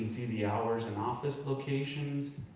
see the hours and office locations.